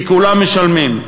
כי כולם משלמים.